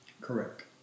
Correct